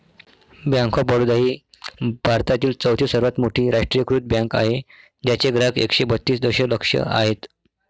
bank of Baroda ही भारतातील चौथी सर्वात मोठी राष्ट्रीयीकृत बँक आहे ज्याचे ग्राहक एकशे बत्तीस दशलक्ष आहेत